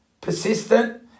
persistent